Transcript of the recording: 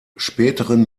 späteren